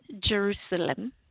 Jerusalem